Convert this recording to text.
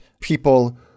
people